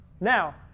Now